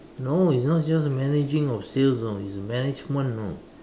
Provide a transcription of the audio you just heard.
no it's not just managing of sales you know it's management know